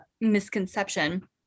misconception